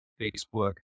Facebook